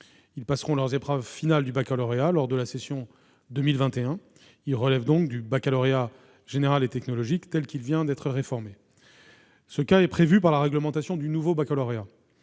élèves passeront leurs épreuves finales du baccalauréat lors de la session 2021. Ils relèvent donc du baccalauréat général et technologique tel qu'il vient d'être réformé. Ce cas est prévu par la réglementation du nouveau baccalauréat.